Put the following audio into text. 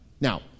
Now